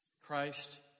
Christ